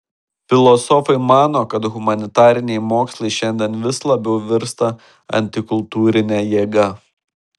filosofai mano kad humanitariniai mokslai šiandien vis labiau virsta antikultūrine jėga